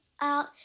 out